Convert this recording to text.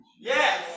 Yes